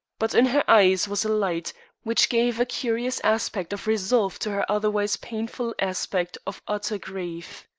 but in her eyes was a light which gave a curious aspect of resolve to her otherwise painful aspect of utter grief.